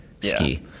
ski